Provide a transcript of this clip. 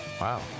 Wow